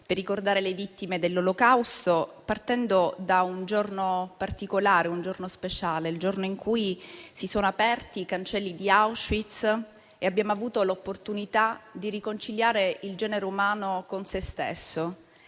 per ricordare le vittime dell'Olocausto partendo da un giorno particolare, un giorno speciale, il giorno in cui si sono aperti i cancelli di Auschwitz e abbiamo avuto l'opportunità di riconciliare il genere umano con se stesso.